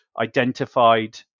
identified